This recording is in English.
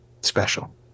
special